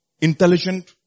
intelligent